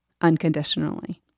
unconditionally